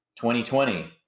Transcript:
2020